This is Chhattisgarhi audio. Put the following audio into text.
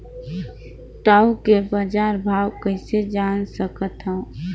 टाऊ के बजार भाव कइसे जान सकथव?